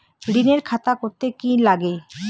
ঋণের খাতা করতে কি লাগে?